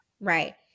Right